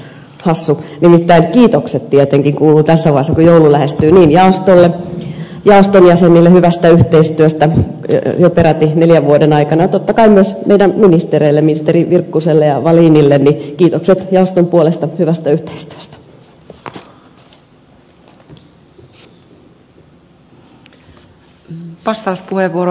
nimittäin kiitokset tietenkin kuuluvat tässä vaiheessa kun joulu lähestyy jaoston jäsenille hyvästä yhteistyöstä jo peräti neljän vuoden aikana ja totta kai myös ministereille ministeri virkkuselle ja wallinille kiitokset jaoston puolesta hyvästä yhteistyöstä